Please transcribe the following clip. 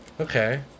Okay